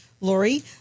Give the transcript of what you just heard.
Lori